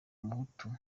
umuhutu